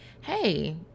hey